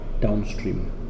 downstream